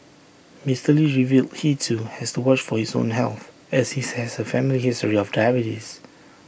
Mister lee revealed he too has to watch for his own health as he has A family history of diabetes